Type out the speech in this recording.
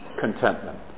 contentment